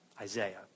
Isaiah